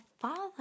father